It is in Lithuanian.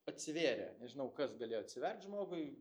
atsivėrė nežinau kas galėjo atsivert žmogui